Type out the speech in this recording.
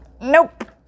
Nope